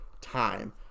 time